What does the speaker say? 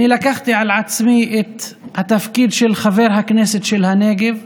אני לקחתי על עצמי את התפקיד של חבר הכנסת של הנגב,